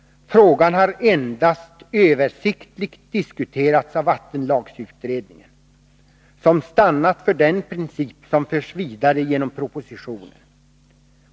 Frågan har endast översiktligt diskuterats av vattenlagsutredningen , som stannat för den princip som förs vidare genom propositionen.